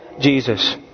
Jesus